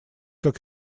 как